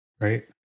right